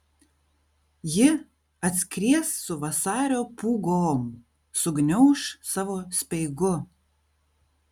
ji atskries su vasario pūgom sugniauš savo speigu